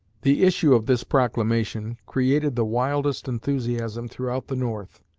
the issue of this proclamation created the wildest enthusiasm throughout the north.